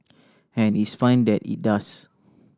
and it's fine that it does